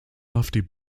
lofty